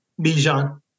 Bijan